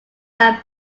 van